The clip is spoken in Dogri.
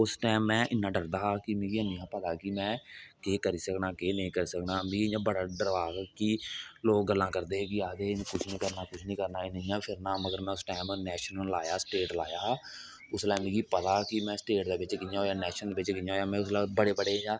उस टाइम मे इन्ना डरदा हा कि मिगी एह् नेईं हा पता कि में केह् करी सकना केह् नेईं करी सकना इयां बड़ा डर कि लोक गल्लां करदे हे कि आक्खदे हे कुछ नेंई करना कुछ नेईं करना नेईं करना पर में उस टैंम उपर नैशनल लाया स्टेट लाया हा उसले मिगी पता हा कि में स्टैट दे बिच कियां होआ नेशनल बिच कियां होया में उसले बड्डे बड्डे जां